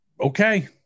Okay